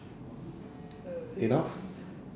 you know